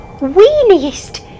weeniest